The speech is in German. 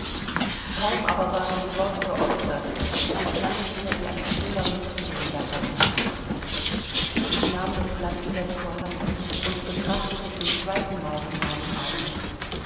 kaum aber waren die worte geäußert so klang es mir wie ein schriller mißton daraus nach ich nahm das blatt wieder zur hand und betrachtete zum zweitenmal die